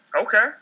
Okay